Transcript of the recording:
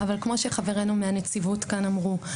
אבל כמו שחברינו מהנציבות כאן אמרו,